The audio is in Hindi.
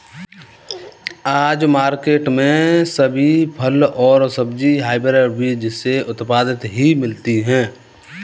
आजकल मार्केट में सभी फल और सब्जी हायब्रिड बीज से उत्पादित ही मिलती है